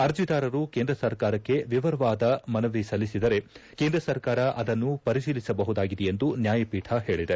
ಅರ್ಜಿದಾರರು ಕೇಂದ್ರ ಸರ್ಕಾರಕ್ಷೆ ವಿವರವಾದ ಮನವಿ ಸಲ್ಲಿಸಿದರೆ ಕೇಂದ್ರ ಸರ್ಕಾರ ಅದನ್ನು ಪರಿತೀಲಿಸಬಹುದಾಗಿದೆ ಎಂದು ನ್ಲಾಯಪೀಠ ಹೇಳಿದೆ